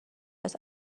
است